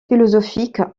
philosophique